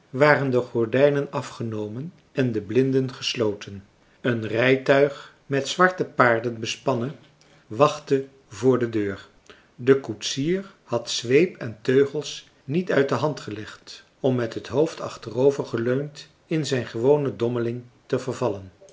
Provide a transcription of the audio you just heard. waren de gordijnen afgenomen en de blinden gesloten een rijtuig met zwarte paarden bespannen wachtte voor de deur de koetsier had zweep en teugels niet uit de hand gelegd om met het hoofd achterover geleund in zijn gewone dommeling te vervallen